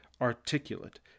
articulate